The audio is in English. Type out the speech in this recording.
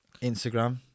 Instagram